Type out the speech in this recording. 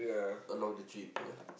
along the trip ya